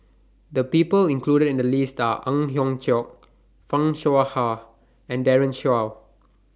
The People included in The list Are Ang Hiong Chiok fan Shao Hua and Daren Shiau